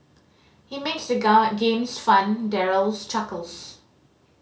he makes the games fun Daryl chuckles